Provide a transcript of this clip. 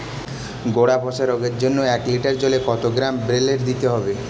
গোড়া পচা রোগের জন্য এক লিটার জলে কত গ্রাম বেল্লের দিতে হবে?